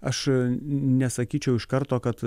aš nesakyčiau iš karto kad